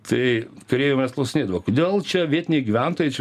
tai kareiviai manęs klausinėdavo kodėl čia vietiniai gyventojai čia